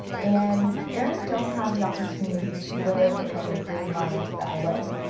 and they don't have the opportunity to live the kind of green life that i live.